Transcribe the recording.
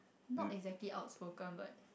not exactly outspoken but